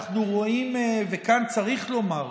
אנחנו רואים, וכאן צריך לומר,